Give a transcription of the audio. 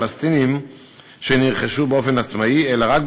הפלסטינית והחלפתם בסמל עיריית ירושלים,